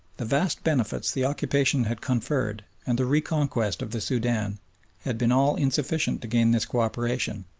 the vast benefits the occupation had conferred and the reconquest of the soudan had been all insufficient to gain this co-operation,